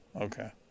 Okay